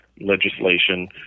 legislation